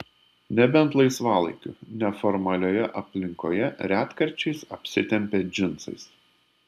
nebent laisvalaikiu neformalioje aplinkoje retkarčiais apsitempia džinsais